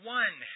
one